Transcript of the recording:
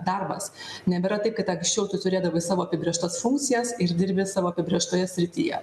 darbas nebėra taip kad anksčiau tu turėdavai savo apibrėžtas funkcijas ir dirbi savo apibrėžtoje srityje